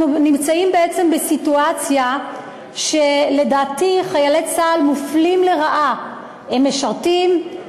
אנחנו נמצאים בעצם בסיטואציה שלדעתי חיילי צה"ל מופלים לרעה: הם משרתים,